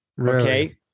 Okay